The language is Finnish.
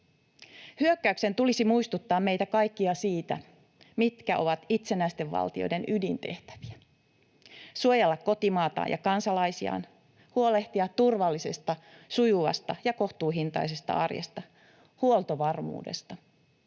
Hyökkäyksen tulisi muistuttaa meitä kaikkia siitä, mitkä ovat itsenäisten valtioiden ydintehtäviä: suojella kotimaataan ja kansalaisiaan, huolehtia turvallisesta, sujuvasta ja kohtuuhintaisesta arjesta, huoltovarmuudesta